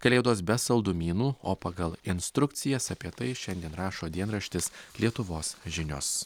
kalėdos be saldumynų o pagal instrukcijas apie tai šiandien rašo dienraštis lietuvos žinios